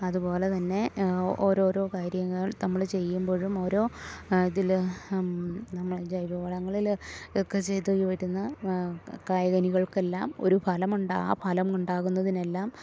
അതു പോലെ തന്നെ ഓരോരോ കാര്യങ്ങൾ തമ്മൾ ചെയ്യുമ്പോഴും ഓരോ ഇതിൽ നമ്മൾ ജൈവ വളങ്ങളിൽ ഒക്കെ ചെയ്തു വരുന്ന കായികനികൾക്കെല്ലാം ഒരു ഫലമുണ്ട് ആ ഫലം ഉണ്ടാകുന്നതിനെല്ലാം